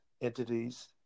entities